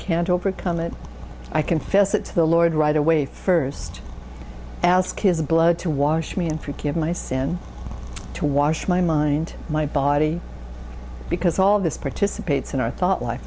can't overcome it i confess it to the lord right away first ask his blood to wash me and forgive my sin to wash my mind my body because all this participates in our thought life